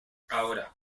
ahora